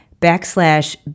backslash